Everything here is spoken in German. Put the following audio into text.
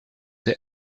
der